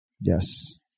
Yes